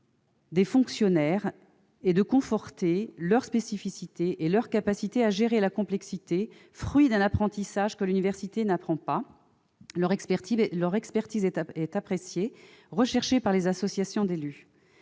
des fonctionnaires et de conforter leurs spécificités et leur capacité à gérer la complexité, fruits d'un apprentissage que l'université ne permet pas. Leur expertise est appréciée, recherchée par les associations d'élus.